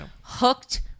hooked